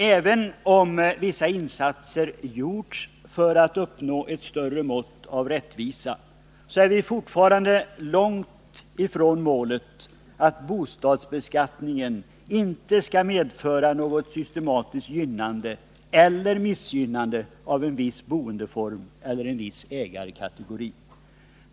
Även om vissa insatser har gjorts för att uppnå ett större mått av rättvisa, är vi fortfarande långt ifrån målet att bostadsbeskattningen inte skall medföra något systematiskt gynnande eller missgynnande av en viss boendeform eller viss ägarkategori.